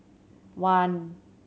one